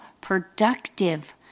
productive